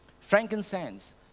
Frankincense